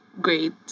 great